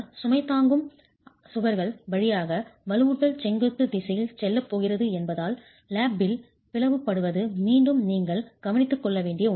சுமை தாங்கும் சுவர்கள் வழியாக வலுவூட்டல் செங்குத்து திசையில் செல்லப் போகிறது என்பதால் லேப் பில் பிளவுபடுவது மீண்டும் நீங்கள் கவனித்துக் கொள்ள வேண்டிய ஒன்று